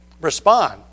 Respond